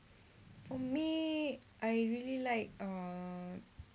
for me I really like err